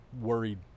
worried